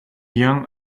young